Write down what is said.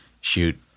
shoot